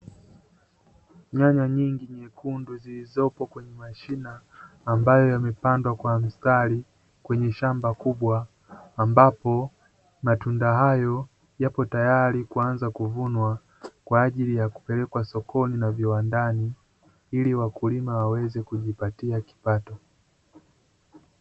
Nyanya nyingi nyekundu zilizopo kwenye mashina ambayo yamepandwa kwa mstari kwenye shamba kubwa, ambapo matunda hayo yapo tayari kuanza kuvunwa, kwa ajili ya kupelekwa sokoni na viwandani ili wakulima waweze kujipatia kipato.